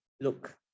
look